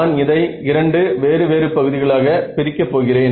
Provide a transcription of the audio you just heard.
நான் இதை இரண்டு வேறு வேறு பகுதிகளாக பிரிக்க போகிறேன்